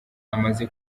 amaze